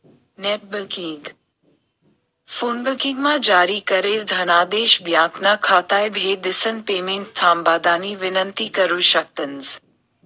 net banking, फोनबँकिंगमा जारी करेल धनादेश ब्यांकना खाताले भेट दिसन पेमेंट थांबाडानी विनंती करु शकतंस